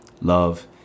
love